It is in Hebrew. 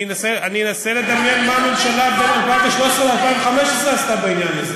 אני אנסה לדמיין מה הממשלה בין 2013 ל-2015 עשתה בעניין הזה.